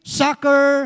soccer